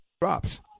drops